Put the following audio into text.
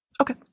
Okay